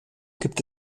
gibt